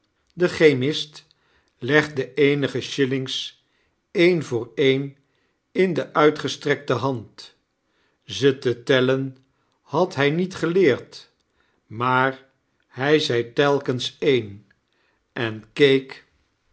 de chemist legde eenige shillings een voor een in de uitgestrekte hand ze te tellen had hij niet geleerd maar hij zei telkens een en